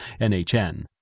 NHN